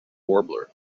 warbler